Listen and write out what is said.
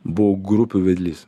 buvau grupių vedlys